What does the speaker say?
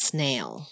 Snail